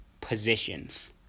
positions